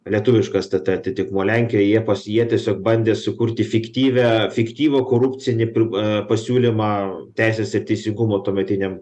lietuviškas t t atitikmuo lenkijoj jie pas jie tiesiog bandė sukurti fiktyvią fiktyvų korupcinį prib a pasiūlymą teisės ir teisingumo tuometiniam